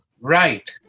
Right